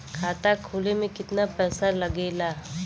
खाता खोले में कितना पैसा लगेला?